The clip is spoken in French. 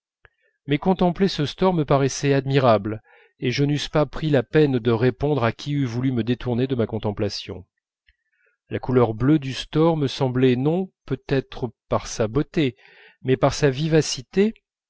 mais contempler ce store me paraissait admirable et je n'eusse pas pris la peine de répondre à qui eût voulu me détourner de ma contemplation la couleur bleue du store me semblait non peut-être par sa beauté mais par sa vivacité